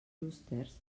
clústers